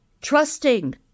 trusting